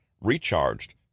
recharged